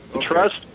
trust